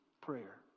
prayer